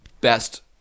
best